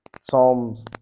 Psalms